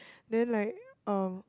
then like uh